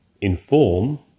inform